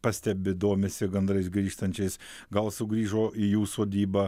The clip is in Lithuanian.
pastebi domisi gandrais grįžtančiais gal sugrįžo į jų sodybą